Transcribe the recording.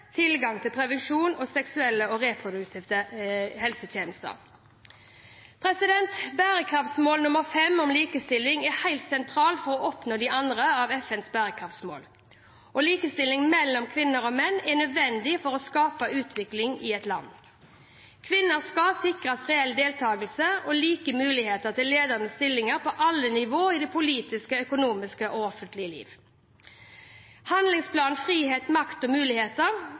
tilgang til prevensjon og seksuelle og reproduktive helsetjenester. Bærekraftsmål nummer 5 om likestilling er helt sentralt for å oppnå de andre av FNs bærekraftsmål. Likestilling mellom kvinner og menn er nødvendig for å skape utvikling i et land. Kvinner skal sikres reell deltakelse og like muligheter til ledende stillinger på alle nivåer i det politiske, økonomiske og offentlige liv. Handlingsplanen Frihet, makt og muligheter